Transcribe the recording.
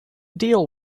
deal